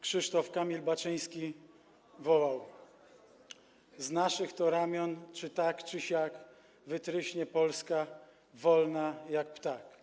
Krzysztof Kamil Baczyński wołał: „z naszych to ramion czy tak, czy siak, wytryśnie Polska wolna jak ptak”